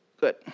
good